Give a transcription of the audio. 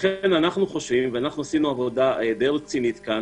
לכן, אנחנו חושבים, ועשינו עבודה די רצינית כאן,